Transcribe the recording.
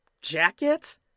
jacket